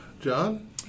John